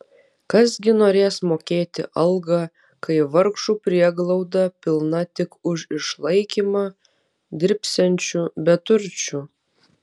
kas gi norės mokėti algą kai vargšų prieglauda pilna tik už išlaikymą dirbsiančių beturčių